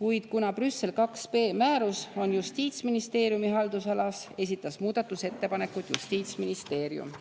kuid kuna Brüssel IIb määrus on Justiitsministeeriumi haldusalas, esitas muudatusettepanekud Justiitsministeerium.